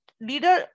leader